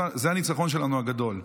זה הניצחון הגדול שלנו.